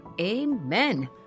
Amen